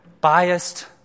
biased